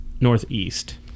Northeast